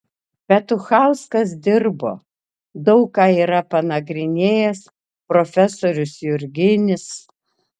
petuchauskas dirbo daug ką yra panagrinėjęs profesorius jurginis